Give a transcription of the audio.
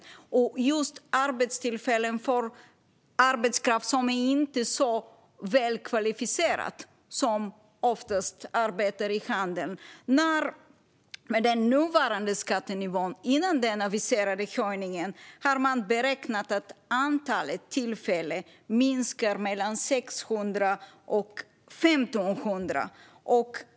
Vad gäller just arbetstillfällen för arbetskraft som inte är så välkvalificerad och oftast arbetar inom handeln har man tidigare beräknat - med nuvarande skattenivå och före den aviserade höjningen - att antalet minskar med mellan 600 och 1 500.